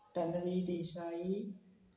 Tanvi Desai